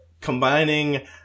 combining